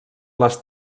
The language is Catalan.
les